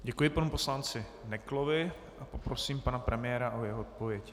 Děkuji panu poslanci Neklovi a poprosím pana premiéra o jeho odpověď.